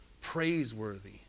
praiseworthy